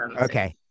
Okay